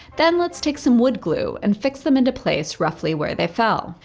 then, let's take some wood glue and fix them into place roughly where they fell.